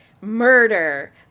murder